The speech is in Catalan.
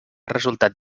resultat